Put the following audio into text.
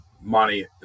money